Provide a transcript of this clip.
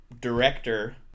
director